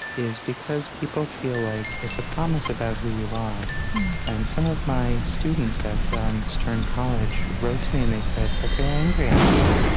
is because people feel like it's a promise about who you are and some of my students at stern college wrote to me, and they said that they were angry at me,